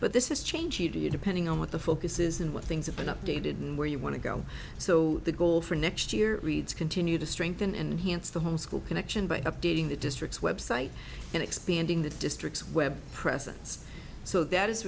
but this is changing depending on what the focus is and what things have been updated and where you want to go so the goal for next year reads continue to strengthen and hence the home school connection by updating the district's website and expanding the district's web presence so that is